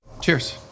Cheers